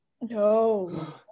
No